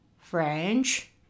French